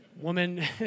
woman